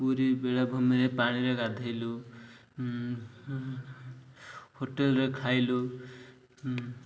ପୁରୀ ବେଳାଭୂମିରେ ପାଣିରେ ଗାଧେଇଲୁ ହୋଟେଲ୍ରେ ଖାଇଲୁ